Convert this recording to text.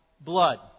blood